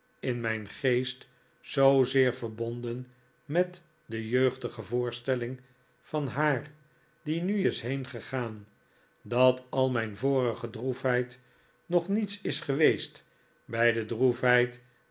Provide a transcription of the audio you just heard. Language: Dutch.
in mijn geest zoozeer verbonden met de jeugdige voorstelling van haar die nu is heengegaan dat al mijn vorige droefheid nog niets is geweest bij de